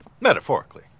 Metaphorically